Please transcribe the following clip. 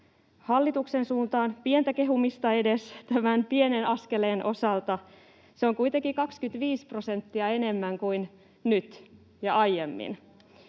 hallituksen suuntaan, pientä kehumista edes tämän pienen askeleen osalta. Se on kuitenkin 25 prosenttia enemmän kuin nyt ja aiemmin.